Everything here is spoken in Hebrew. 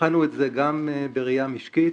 בחנו את זה גם בראייה משקית,